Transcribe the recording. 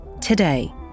Today